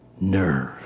nerve